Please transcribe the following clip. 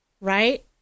right